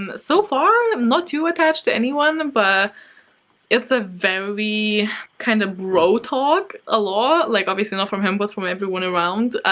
um so far, and not too attached to anyone, but it's a very kind of bro talk a lot. like, obviously, not from him, but from everyone around.